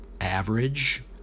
average